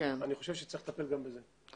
אני חושב שצריך לטפל גם בזה.